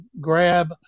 grab